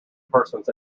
persons